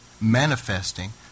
manifesting